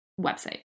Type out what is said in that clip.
website